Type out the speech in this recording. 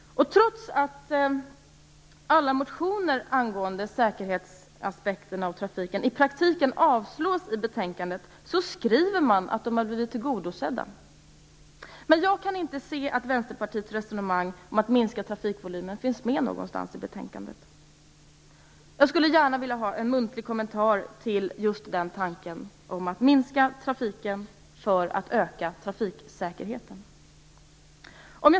Trots att alla motioner om säkerhetskrav på trafiken i praktiken avslås i betänkandet skriver utskottet att de blivit tillgodosedda. Jag kan inte se att Vänsterpartiets resonemang om att minska trafikvolymen finns med någonstans i betänkandet. Jag vill gärna ha en muntlig kommentar till den tanken - att minska trafiken för att öka trafiksäkerheten.